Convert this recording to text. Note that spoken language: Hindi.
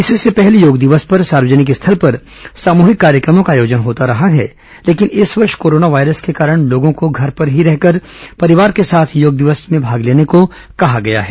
इससे पहले योग दिवस पर सार्वजनिक स्थल पर सामूहिक कार्यक्रमों का आयोजन होता रहा है लेकिन इस वर्ष कोरोना वायरस के कारण लोगों को घर पर ही रहकर परिवार के साथ योग दिवस में भाग लेने को कहा गया था